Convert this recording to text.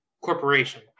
corporation